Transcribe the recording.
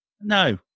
no